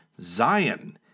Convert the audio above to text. Zion